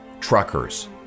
truckers